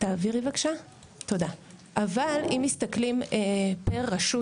אבל אם מסתכלים פר רשות,